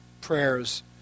prayers